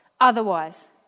otherwise